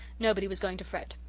nobody was going to fret.